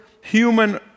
human